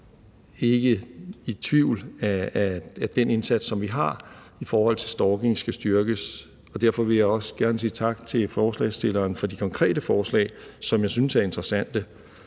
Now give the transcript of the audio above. nogen tvivl om, at den indsats, som vi har i forhold til stalking, skal styrkes, og derfor vil jeg også gerne sige tak til forslagsstillerne for de konkrete forslag, som jeg synes er interessante.